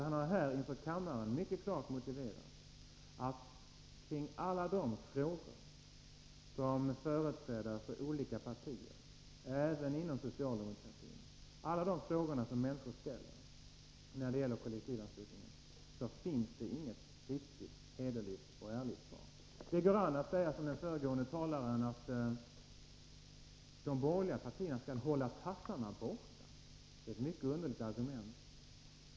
Han har inför kammaren mycket klart motiverat att på alla de frågor som företrädare för olika partier — även inom socialdemokratin — ställer när det gäller kollektivanslutningen finns inget riktigt hederligt och ärligt svar. Det går an att säga som den föregående talaren, att de borgerliga partierna skall hålla tassarna borta. Det är ett mycket underligt argument.